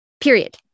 Period